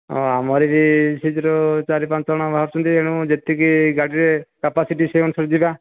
ଆଉ ଆମର ବି ସେଇଥିରୁ ଚାରି ପଞ୍ଚଜଣ ବାହାରୁଛନ୍ତି ଏଣୁ ଯେତିକି ଗାଡ଼ିରେ କାପାସିଟି ସେଇ ଅନୁସାରେ ଯିବା